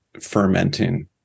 fermenting